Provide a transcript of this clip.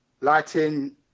Lighting